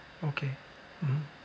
okay mmhmm